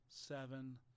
Seven